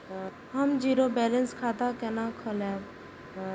हम zero balance खाता केना खोलाब?